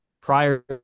prior